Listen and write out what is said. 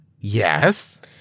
Yes